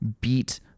beat